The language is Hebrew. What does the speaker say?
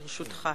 ברשותך.